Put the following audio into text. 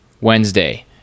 Wednesday